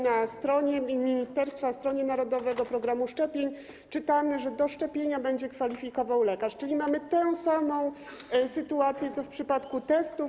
Na stronie ministerstwa, stronie narodowego programu szczepień czytamy, że do szczepienia będzie kwalifikował lekarz, czyli mamy tę samą sytuację co w przypadku testów.